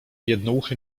jednouchy